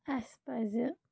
اَسہِ پَزِ